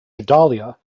dahlia